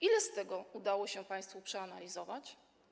Ile z tego udało się państwu przeanalizować?